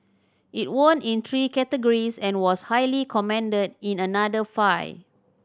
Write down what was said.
it won in three categories and was highly commended in another five